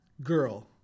girl